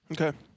Okay